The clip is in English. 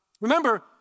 Remember